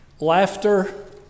laughter